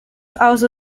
also